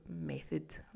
method